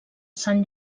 sant